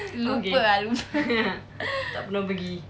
lupa ah lupa